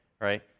right